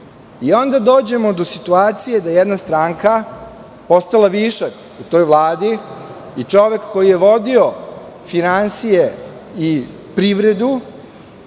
Onda dođemo do situacije da jedna stranka je postala višak u toj Vladi i čovek koji je vodio finansije i privredu